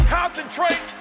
concentrate